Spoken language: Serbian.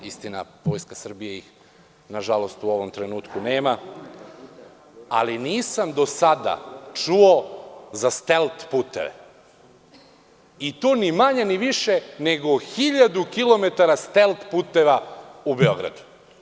Istina, Vojska Srbije ih, nažalost, u ovom trenutku nema, ali nisam do sada čuo za stelt puteve, i to ni manje ni više nego 1000 kilometara stelt puteva u Beogradu.